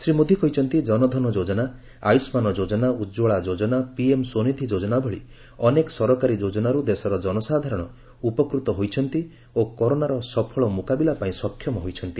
ଶ୍ରୀ ମୋଦୀ କହିଛନ୍ତି ଜନଧନ ଯୋଜନା ଆୟୁଷ୍ମାନ ଯୋଜନା ଉଜ୍ଜଳା ଯୋଜନା ପିଏମ୍ ସ୍ୱନିଧି ଯୋଜନା ଭଳି ଅନେକ ସରକାରୀ ଯୋଜନାରୁ ଦେଶର ଜନସାଧାରଣ ଉପକୃତ ହୋଇଛନ୍ତି ଓ କରୋନାର ସଫଳ ମୁକାବିଲା ପାଇଁ ସକ୍ଷମ ହୋଇଛନ୍ତି